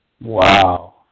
Wow